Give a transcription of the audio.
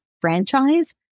franchise